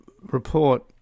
report